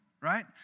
right